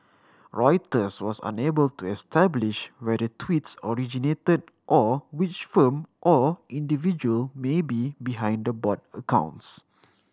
reuters was unable to establish where the tweets originated or which firm or individual may be behind the bot accounts